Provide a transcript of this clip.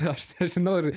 aš nežinau ir